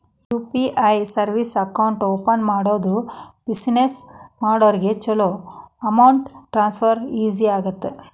UPI service account open ಮಾಡೋದು business ಮಾಡೋರಿಗ ಚೊಲೋ ಅಮೌಂಟ್ ಟ್ರಾನ್ಸ್ಫರ್ ಈಜಿ ಆಗತ್ತ